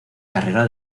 carrera